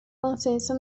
consenso